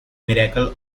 miracle